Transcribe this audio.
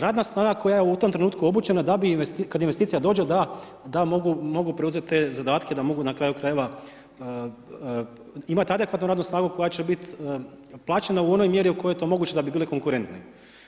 Radna snaga koja je u tom trenutku obučena da bi kad investicija dođe, da mogu preuzeti te zadatke, da mogu na kraju-krajeva imati adekvatnu radnu snagu koja će biti plaćena u onoj mjeri u kojoj je to moguće da bi bili konkurentni.